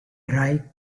dry